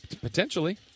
Potentially